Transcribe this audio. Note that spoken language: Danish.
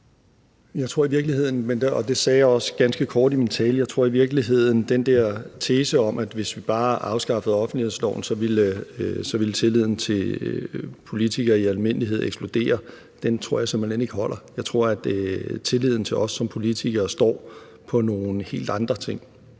Jeg tror simpelt hen ikke – det sagde jeg også ganske kort i min tale – at den der tese om, at hvis vi bare afskaffede offentlighedsloven, ville tilliden til politikere i almindelighed eksplodere, holder. Jeg tror, at tilliden til os som politikere står på nogle helt andre ting,